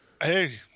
Hey